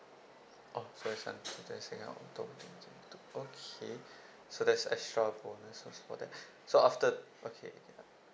orh so it ends october two okay so there's extra bonus also for that so after okay